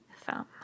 thumb